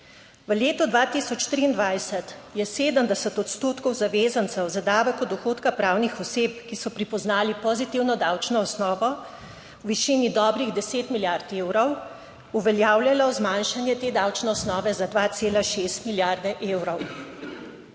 V letu 2023 je 70 odstotkov zavezancev za davek od dohodka pravnih oseb, ki so prepoznali pozitivno davčno osnovo v višini dobrih 10 milijard evrov uveljavljalo zmanjšanje te davčne osnove za 27. TRAK (VI)